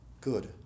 good